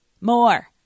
more